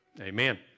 Amen